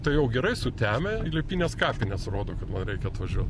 tai jau gerai sutemę į liepynės kapines rodo kad man reikia atvažiuot